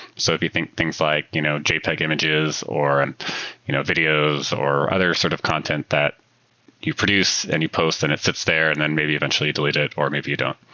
so if you think things like you know jpeg images or and you know videos or other sort of content that you produce and you post and it fits there and then maybe eventually delete it or maybe you don't,